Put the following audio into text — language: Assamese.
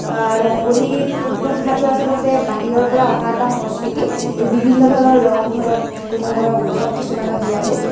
ৰংগোলী প্ৰথাটো আচলতে বাহিৰৰ পৰা অহা এটা সংস্কৃতি বিভিন্ন ধৰণৰ ৰং ধৰক যিকোনো ধৰক উৎসৱ কিছুমানত দিয়াটো